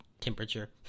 temperature